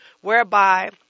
whereby